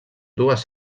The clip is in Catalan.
dues